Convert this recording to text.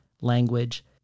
language